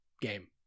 game